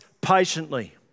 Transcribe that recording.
patiently